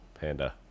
panda